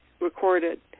recorded